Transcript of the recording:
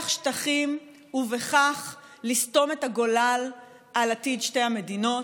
שטחים ובכך לסתום את הגולל על עתיד שתי המדינות,